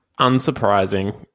unsurprising